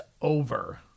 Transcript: over